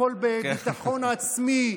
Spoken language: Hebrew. הכול בביטחון עצמי,